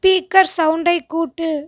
speaker சவுண்டை கூட்டு